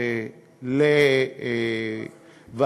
כספים.